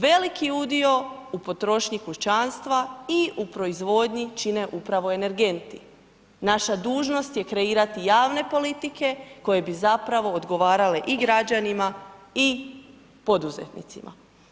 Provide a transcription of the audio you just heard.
Veliki udio u potrošnji kućanstva i u proizvodnji čine upravo energenti, naša dužnost je kreirati javne politike koje bi zapravo odgovarale i građanima, i poduzetnicima.